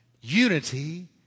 Unity